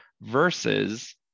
versus